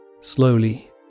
slowly